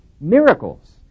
miracles